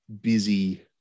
busy